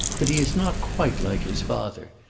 but he is not quite like his father.